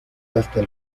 hasta